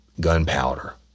gunpowder